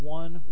one